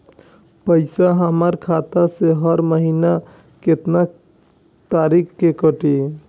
पैसा हमरा खाता से हर महीना केतना तारीक के कटी?